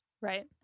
right